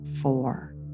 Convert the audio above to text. four